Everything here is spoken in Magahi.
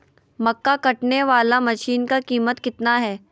मक्का कटने बाला मसीन का कीमत कितना है?